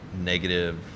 negative